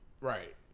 Right